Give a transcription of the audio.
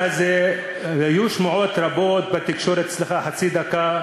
היו שמועות רבות בתקשורת, סליחה, חצי דקה,